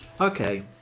Okay